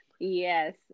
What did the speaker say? Yes